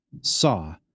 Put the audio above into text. saw